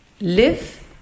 live